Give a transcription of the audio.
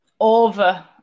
over